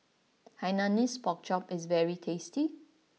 Hainanese Pork Chop is very tasty